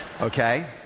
Okay